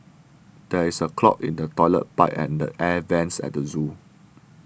there is a clog in the Toilet Pipe and the Air Vents at the zoo